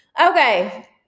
okay